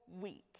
week